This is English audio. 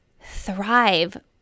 thrive